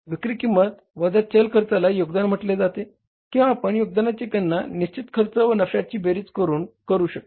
विक्री किंमत वजा चल खर्चाला योगदान म्हटले जाते किंवा आपण योगदानाची गणना निश्चित खर्च व नफ्याची बेरीज करून करू शकता